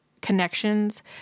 connections